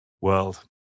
world